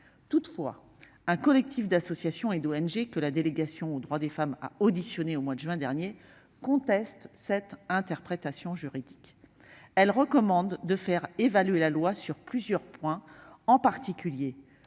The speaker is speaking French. Toutefois, un collectif d'associations et d'ONG, que la délégation aux droits des femmes a auditionnées au mois de juin dernier, conteste cette interprétation juridique. Elles recommandent de faire évoluer la loi sur plusieurs points, notamment